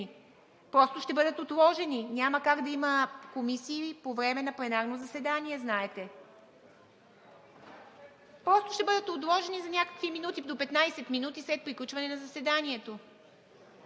Просто ще бъдат отложени, няма как да има комисии по време на пленарно заседание, знаете. Просто ще бъдат отложени за някакви минути – до 15 минути след приключване на заседанието,